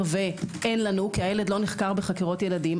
ואין לנו כי הילד לא נחקר בחקירות ילדים,